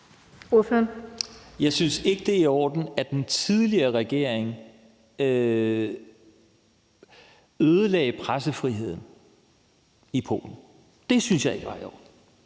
Jeg synes ikke, det er i orden, at den tidligere regering ødelagde pressefriheden i Polen. Det synes jeg ikke var i orden.